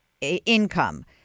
income